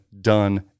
done